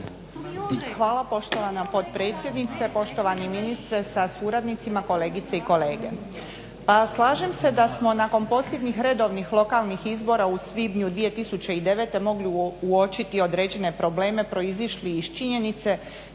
Hvala poštovana potpredsjednice, poštovani ministre sa suradnicima, kolegice i kolege. Pa slažem se da smo nakon posljednjih redovnih lokalnih izbora u svibnju 2009. mogli uočiti određene probleme proizišli iz činjenice